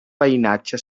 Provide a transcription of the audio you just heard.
veïnatge